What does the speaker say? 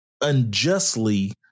unjustly